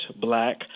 Black